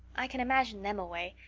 i can imagine them away.